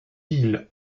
ils